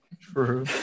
True